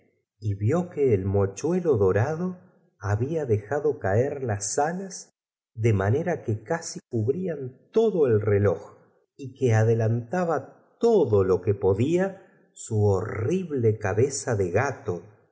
y vió que el mochuelo docama acostó con muchó cuidado al casca rado habí l dejado c ler las alas de manera nueces enfermo y le subió el embozo de qu casi cubrían todo el reloj y que adelas sabanas hasta la barba entonces e l lntába todo lo que podía su honible cabeza de gato